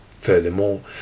Furthermore